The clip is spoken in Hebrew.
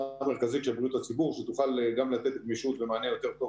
מרכזית של בריאות הציבור שתוכל גם לתת גמישות ומענה יותר טוב